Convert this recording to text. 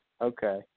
Okay